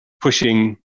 pushing